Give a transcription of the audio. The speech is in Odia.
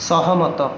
ସହମତ